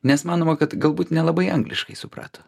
nes manoma kad galbūt nelabai angliškai suprato